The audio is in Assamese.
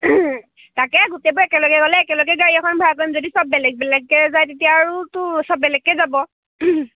তাকে গোটেইবোৰ একেলগে গ'লে একেলগে গাড়ী এখন ভাড়া পাম যদি চব বেলেগ বেলেগকে যায় তেতিয়া আৰু তো চব বেলেগকে যাব